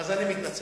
אז אני מתנצל.